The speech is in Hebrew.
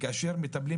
זה בטח.